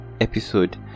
episode